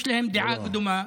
יש להם דעה קדומה,